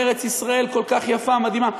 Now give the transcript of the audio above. ארץ-ישראל כל כך יפה ומדהימה,